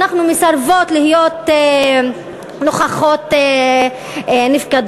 אנחנו מסרבות להיות נוכחות נפקדות.